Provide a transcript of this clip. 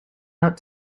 out